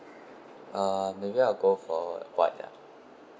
uh maybe I'll go for white ya